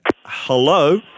Hello